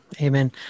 Amen